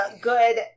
good